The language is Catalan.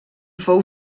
fou